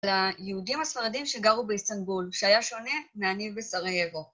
ליהודים הספרדים שגרו באיסטנבול, שהיה שונה מהניב בסרייבו